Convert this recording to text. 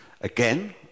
again